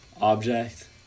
object